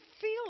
feel